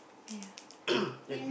then